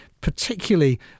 particularly